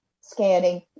scanning